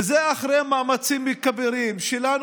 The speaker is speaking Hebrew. וזה אחרי מאמצים כבירים שלנו,